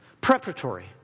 preparatory